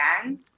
again